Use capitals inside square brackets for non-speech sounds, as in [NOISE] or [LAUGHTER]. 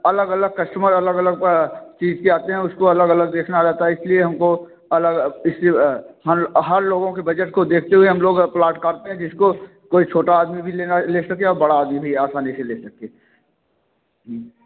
अलग अलग कस्टमर अलग अलग चीज़ के आते है उसको अलग अलग देखना रहता है इसलिए हमको अलग किसी [UNINTELLIGIBLE] हर लोगों के बजट को देखते हुए हम लोग यानी [UNINTELLIGIBLE] जिसको कोई छोटा आदमी भी लेना ले सके और बड़ा आदमी भी आसानी से ले सके